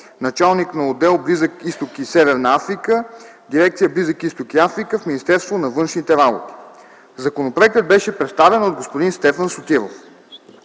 началник на отдел „Близък Изток и Северна Африка” в дирекция „Близък Изток и Африка” в Министерството на външните работи. Законопроектът беше представен от господин Стефан Сотиров.